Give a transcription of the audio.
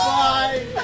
bye